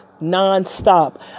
nonstop